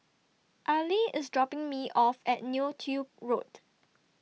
Arley IS dropping Me off At Neo Tiew Road